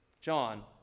John